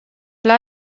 live